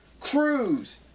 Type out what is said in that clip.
Cruise